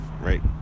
right